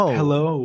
hello